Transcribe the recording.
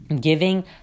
giving